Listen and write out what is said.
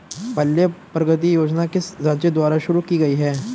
पल्ले प्रगति योजना किस राज्य द्वारा शुरू की गई है?